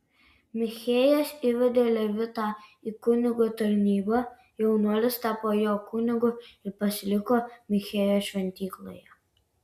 michėjas įvedė levitą į kunigo tarnybą jaunuolis tapo jo kunigu ir pasiliko michėjo šventykloje